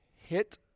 hit